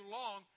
long